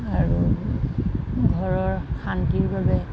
আৰু ঘৰৰ শান্তিৰ বাবে